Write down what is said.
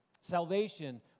Salvation